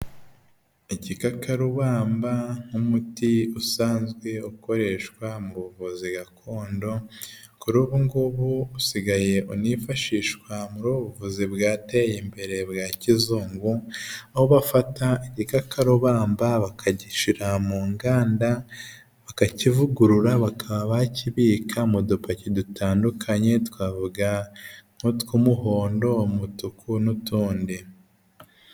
Igikakarubamba nk'umuti usanzwe ukoreshwa mu buvuzi gakondo, kuri ubu ngubu usigaye unifashishwa muri ubu buvuzi bwateye imbere bwa kizungu, aho bafata igikakarubamba bakagishira mu nganda, bakakivugurura, bakabakibika mu dupaki dutandukanye, twavuga nk'utw'umuhondo, umutuku n'utundi.